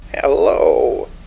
Hello